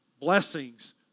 blessings